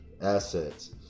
assets